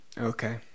Okay